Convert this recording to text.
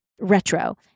retro